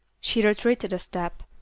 she retreated a step.